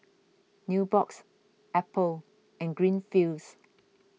Nubox Apple and Greenfields